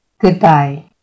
Goodbye